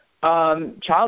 Child